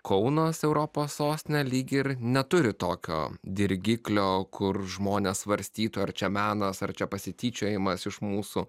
kaunas europos sostine lyg ir neturi tokio dirgiklio kur žmonės svarstytų ar čia menas ar čia pasityčiojimas iš mūsų